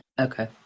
Okay